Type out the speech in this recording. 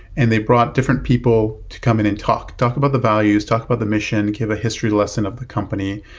and they brought different people to come in and talk. talk about the values. talk about the mission. give a history lesson of the company.